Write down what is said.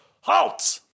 halt